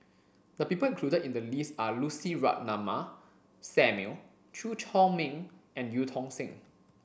the people included in the list are Lucy Ratnammah Samuel Chew Chor Meng and Eu Tong Sen